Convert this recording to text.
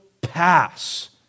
pass